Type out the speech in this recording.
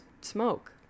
smoke